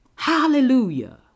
Hallelujah